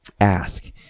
ask